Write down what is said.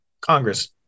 Congress